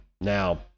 Now